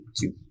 two